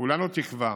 כולנו תקווה